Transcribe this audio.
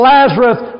Lazarus